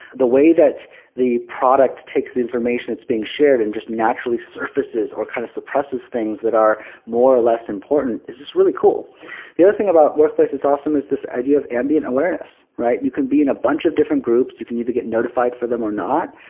the way that the product takes the information that's being shared and just naturally surfaces, or kind of suppresses things that are more or less important is just really cool the other thing about workplace that's awesome is this idea of ambient awareness, right? you can be in a bunch of different groups, you can either get notified for them or not,